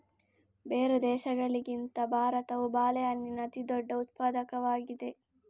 ಬೇರೆ ದೇಶಗಳಿಗಿಂತ ಭಾರತವು ಬಾಳೆಹಣ್ಣಿನ ಅತಿದೊಡ್ಡ ಉತ್ಪಾದಕವಾಗಿದೆ